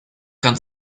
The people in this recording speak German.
kann